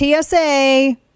TSA